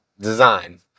design